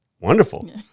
Wonderful